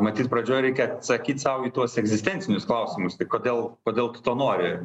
matyt pradžioj reikia atsakyt sau į tuos egzistencinius klausimus tai kodėl kodėl tu to nori